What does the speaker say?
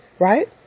right